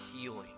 healing